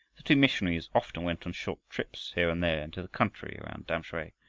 the two missionaries often went on short trips here and there into the country around tamsui,